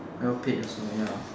well paid also ya